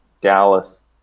Dallas